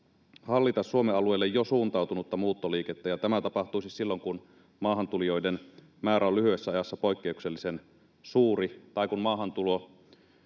hallita Suomen alueille jo suuntautunutta muuttoliikettä, ja tämä tapahtuisi silloin, kun maahantulijoiden määrä on lyhyessä ajassa poikkeuksellisen suuri tai kun maahantulo